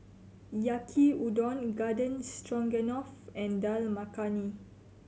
Yaki Udon Garden Stroganoff and Dal Makhani